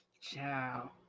Ciao